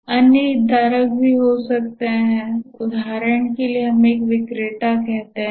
अन्य हितधारक भी हो सकते हैं उदाहरण के लिए हमें एक विक्रेता कहते हैं